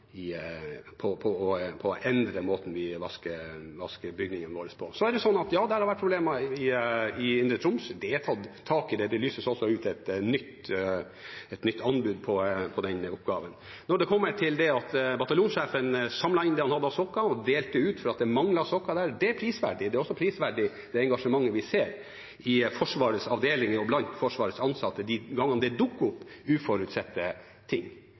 på å endre måten vi vasker bygningene våre på. Det har vært problemer i Indre Troms, det er tatt tak i, det lyses også ut et nytt anbud på den oppgaven. Nå har det kommet til at bataljonssjefen samlet inn det han hadde av sokker og delte ut fordi det manglet sokker. Det er prisverdig. Det engasjementet vi ser i Forsvarets avdelinger og blant Forsvarets ansatte de gangene det dukker opp uforutsette ting,